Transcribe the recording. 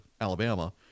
Alabama